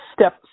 step